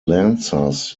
lancers